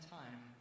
time